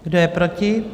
Kdo je proti?